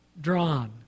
drawn